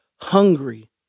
hungry